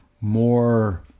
more